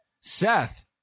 Seth